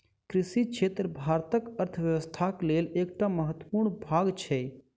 कृषि क्षेत्र भारतक अर्थव्यवस्थाक लेल एकटा महत्वपूर्ण भाग छै